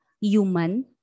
human